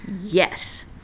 Yes